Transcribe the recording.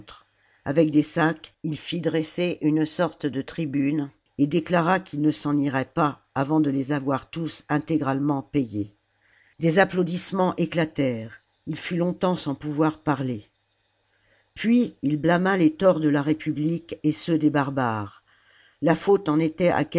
avec des sacs il fit dresser une sorte de tribune et déclara qu'il ne s'en irait pas avant de les avoir tous intégralement payés des applaudissements éclatèrent il fut longtemps sans pouvoir parler puis il blâma les torts de la république et ceux des barbares la faute en était